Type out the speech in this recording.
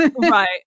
right